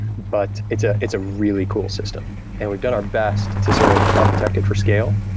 but it's ah it's a really cool system and we've done our best to sort of architect it for scale,